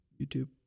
YouTube